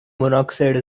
monoxide